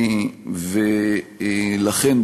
ולכן,